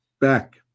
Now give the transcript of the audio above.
back